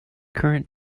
current